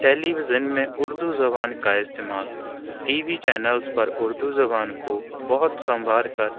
ٹیلی vision میں اردو زبان کا استعمال ٹی وی چینلز پر اردو زبان کو بہت سنوار کر